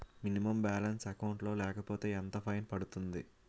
Minimum balance account లో లేకపోతే ఎంత ఫైన్ పడుతుంది?